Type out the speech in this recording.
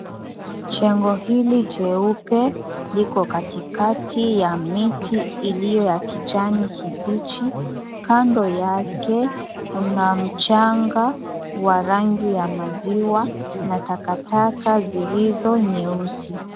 Jengo hili jeupe liko katikati ya miti iliyo ya kijani kibichi. Kando yake kuna mchanga wa rangi ya maziwa, na takataka zilizo nyeusi.